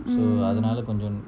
mm